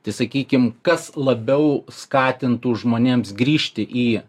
tai sakykim kas labiau skatintų žmonėms grįžti į